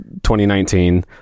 2019